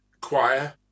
choir